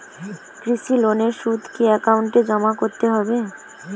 কৃষি লোনের সুদ কি একাউন্টে জমা করতে হবে?